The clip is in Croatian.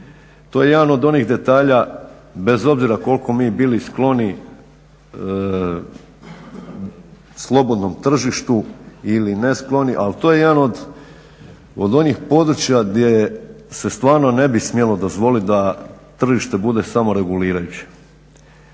To je jedan od onih detalja bez obzira koliko mi bili skloni slobodnom tržištu ili neskloni ali to je jedan od onih područja gdje se stvarno ne bi smjelo dozvoliti da tržište bude samoregulirajuće.